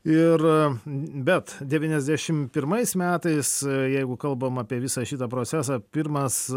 ir bet devyniasdešimt pirmais metais jeigu kalbam apie visą šitą procesą pirmas